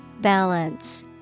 Balance